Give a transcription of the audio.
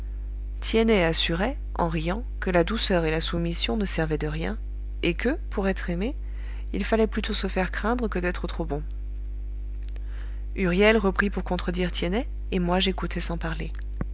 tiennet assurait en riant que la douceur et la soumission ne servaient de rien et que pour être aimé il fallait plutôt se faire craindre que d'être trop bon huriel reprit pour contredire tiennet et moi j'écoutai sans parler